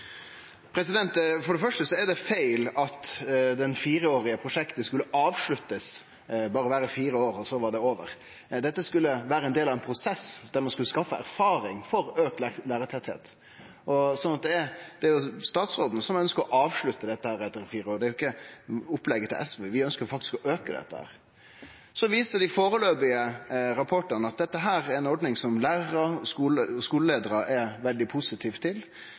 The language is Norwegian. det feil at det fireårige prosjektet skulle bli avslutta, altså berre vare i fire år, og så var det over. Dette skulle vere ein del av ein prosess der ein skulle skaffe erfaring med auka lærartettleik. Så det er statsråden som ønskjer å avslutte dette etter fire år. Det er ikkje opplegget til SV. Vi ønskjer faktisk å auke dette. Dei foreløpige rapportane viser at dette er ei ordning som lærarar og skuleleiarar er veldig positive til.